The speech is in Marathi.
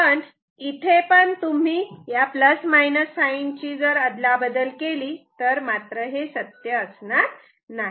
पण इथे तुम्ही या प्लस मायनस साइन sign ची अदला बदल केली तर हे सत्य असणार नाही